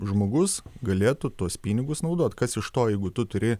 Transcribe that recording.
žmogus galėtų tuos pinigus naudoti kas iš to jeigu tu turi